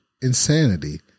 insanity